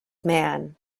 man